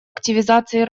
активизации